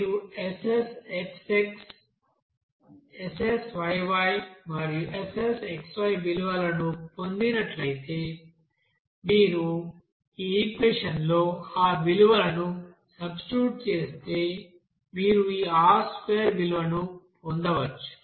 మీరు SSxx SSyy మరియు SSxy విలువలను పొందినట్లయితే మీరు ఈ ఈక్వెషన్ లో ఆ విలువలను సబ్స్టిట్యూట్ చేస్తే మీరు ఈ R2 విలువను పొందవచ్చు